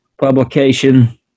publication